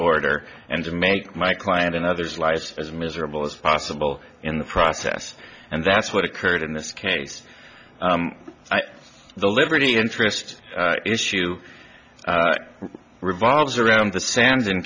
order and to make my client and others lives as miserable as possible in the process and that's what occurred in this case the liberty interest issue revolves around the sands in